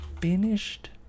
finished